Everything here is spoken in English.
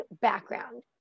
background